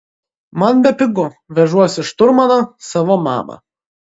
man bepigu vežuosi šturmaną savo mamą